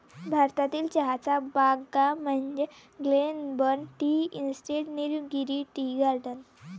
भारतातील चहाच्या बागा म्हणजे Glenburn tea estate, Nilgiri tea garden